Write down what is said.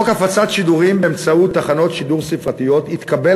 חוק הפצת שידורים באמצעות תחנות שידור ספרתיות התקבל